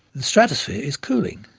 the stratosphere is cooling.